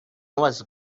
was